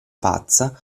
pazza